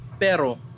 pero